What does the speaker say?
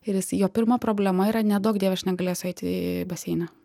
ir jis jo pirma problema yra ne duok dieve aš negalėsiu eit į baseiną